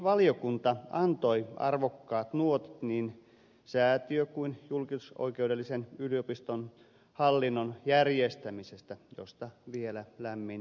perustuslakivaliokunta antoi arvokkaat nuotit niin säätiö kuin julkisoikeudellisenkin yliopiston hallinnon järjestämisestä josta vielä lämmin kiitos